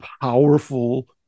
powerful